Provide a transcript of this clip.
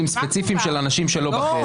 ספציפיים של מישהו שלא בחדר.